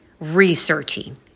researching